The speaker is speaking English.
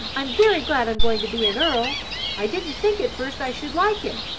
i'm very glad i'm going to be an earl i didn't think at first i should like it,